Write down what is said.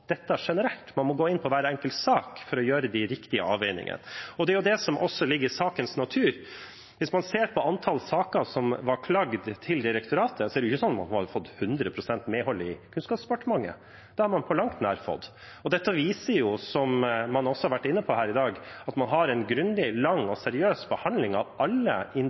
dette generelt, man må gå inn i hver enkelt sak for å gjøre de riktige avveiningene. Det er også det som ligger i sakens natur. Hvis man ser på antall saker som er klaget inn til direktoratet, er det ikke sånn at man har fått hundre prosent medhold i Kunnskapsdepartementet. Det har man ikke på langt nær fått. Dette viser, som man også har vært inne på her i dag, at man har en grundig, lang og seriøs behandling av alle